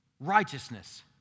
Righteousness